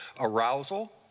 arousal